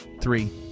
three